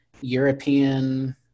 European